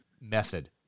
method